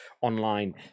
online